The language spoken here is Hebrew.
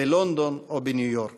בלונדון או בניו-יורק.